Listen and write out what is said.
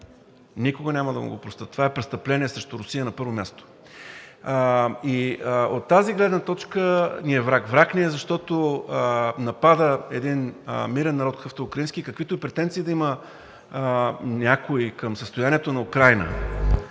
Никога няма да му го простят – това е престъпление срещу Русия, на първо място, и от тази гледна точка ни е враг. Враг ни е, защото напада един мирен народ, какъвто е украинският, и каквито претенции да има някой към състоянието на Украйна,